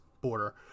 border